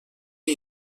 que